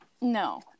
No